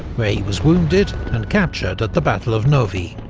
where he was wounded and captured at the battle of novi.